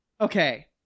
okay